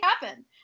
happen